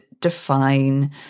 define